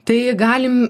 tai galim